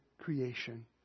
creation